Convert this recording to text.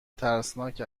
ترسناک